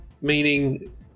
Meaning